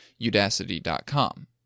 Udacity.com